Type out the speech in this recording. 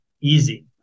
easy